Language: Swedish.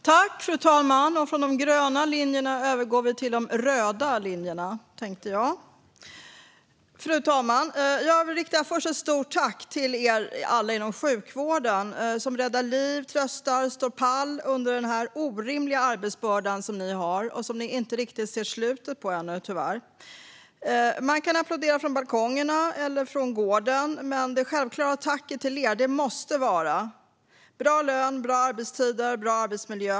Fru talman! Från de gröna linjerna tänkte jag nu att vi övergår till de röda linjerna. Jag vill först rikta ett stort tack till alla er inom sjukvården som räddar liv, tröstar och står pall under den orimliga arbetsbörda som ni har och som ni tyvärr inte riktigt ser slutet på ännu. Man kan applådera från balkongerna eller från gården, men det självklara tacket till er måste vara bra lön, bra arbetstider och bra arbetsmiljö.